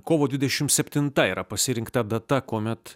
kovo dvidešimt septinta yra pasirinkta data kuomet